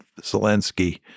Zelensky